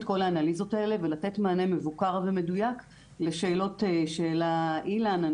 את כל האנליזות האלה ולתת מענה מבוקר ומדויק לשאלות שהעלה אילן.